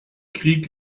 krieg